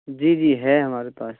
جی جی ہے ہمارے پاس